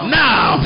now